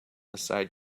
aside